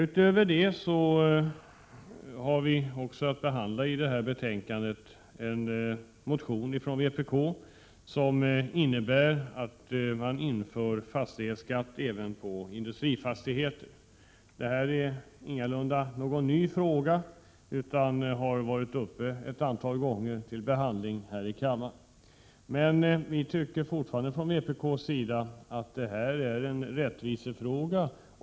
Utöver detta har vi också att behandla en motion från vpk som innebär att vi skall införa fastighetsskatt även på industrifastigheter. Detta är ingalunda någon ny fråga, utan den har varit uppe till behandling ett antal gånger här i kammaren. Vi tycker fortfarande från vpk:s sida att detta framför allt är en rättvisefråga.